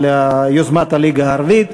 על יוזמת הליגה הערבית.